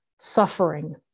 Suffering